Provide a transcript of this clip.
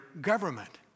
government